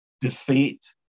defeat